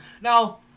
Now